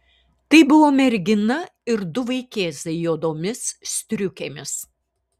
tai buvo mergina ir du vaikėzai juodomis striukėmis